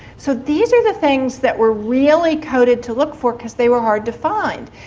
so these are the things that we're really coded to look for because they were hard to find.